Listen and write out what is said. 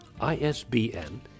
ISBN